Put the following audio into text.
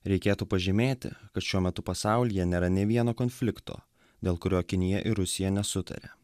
reikėtų pažymėti kad šiuo metu pasaulyje nėra nė vieno konflikto dėl kurio kinija ir rusija nesutaria